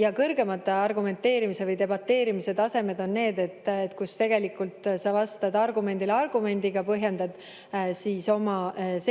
ja kõrgemad argumenteerimise või debateerimise tasemed on need, kus sa vastad argumendile argumendiga ja põhjendad oma seisukohti.